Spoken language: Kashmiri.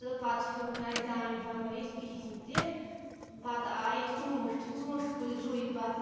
تہٕ پَتہٕ ہیوٚک نہٕ اَسہِ دانہِ بَنٲیِتھ کِہیٖنۍ تہِ پَتہٕ آیہِ ژوٗنٛٹھۍ ژوٗنٛٹھۍ کُلۍ روو پَتہٕ